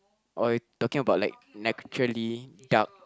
or you talking about like naturally dark